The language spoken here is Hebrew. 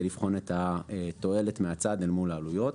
לבחון את התועלת מהצד אל מול העלויות.